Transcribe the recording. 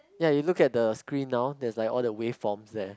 ya you look at the screen now there's like all the waveforms there